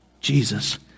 Jesus